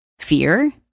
Fear